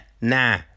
Nah